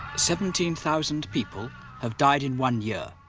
seventeen thousand people have died in one year,